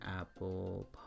apple